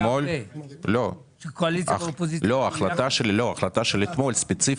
אתמול לא, ההחלטה של אתמול ספציפית.